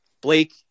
Blake